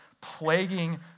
plaguing